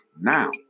now